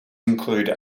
include